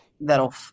that'll